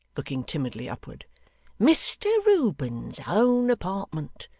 looking timidly upward mr reuben's own apartment,